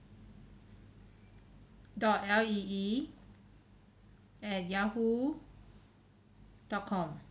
dot L E E at yahoo dot com